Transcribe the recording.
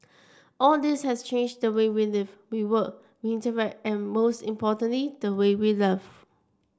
all this has changed the way we live we work we interact but most importantly the way we love